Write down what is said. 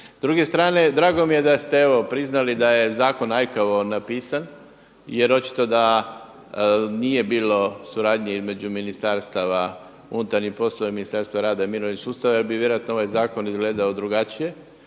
S druge strane drago mi je da ste evo priznali da je zakon aljkavo napisan, jer očito da nije bilo suradnje između Ministarstva unutarnjih poslova i Ministarstva rada i mirovinskog sustava jer bi vjerojatno ovaj zakon izgledao drugačije.